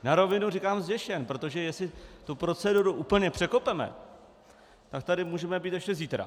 Na rovinu říkám zděšen, protože jestli tu proceduru úplně překopeme, tak tady můžeme být ještě zítra.